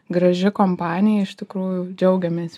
graži kompanija iš tikrųjų džiaugiamės